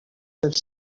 had